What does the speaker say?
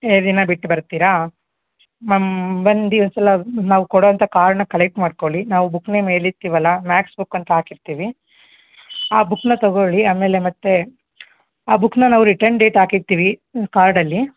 ಎರಡು ದಿನ ಬಿಟ್ಟು ಬರ್ತೀರಾ ಮ್ಯಾಮ್ ಬಂದು ಒಂದು ಸಲ ನಾವು ಕೊಡೊಂಥ ಕಾರ್ಡ್ನ ಕಲೆಕ್ಟ್ ಮಾಡ್ಕೊಳ್ಳಿ ನಾವು ಬುಕ್ ನೇಮ್ ಹೇಳಿರ್ತೀವಲ್ಲ ಮ್ಯಾತ್ಸ್ ಬುಕ್ ಅಂತ ಹಾಕಿರ್ತೀವಿ ಆ ಬುಕ್ಕನ್ನ ತಗೊಳ್ಳಿ ಆಮೇಲೆ ಮತ್ತೆ ಆ ಬುಕ್ಕನ್ನ ನಾವು ರಿಟರ್ನ್ ಡೇಟ್ ಹಾಕಿರ್ತೀವಿ ಕಾರ್ಡಲ್ಲಿ